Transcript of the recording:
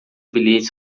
bilhetes